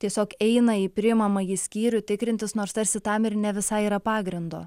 tiesiog eina į priimamąjį skyrių tikrintis nors tarsi tam ir ne visai yra pagrindo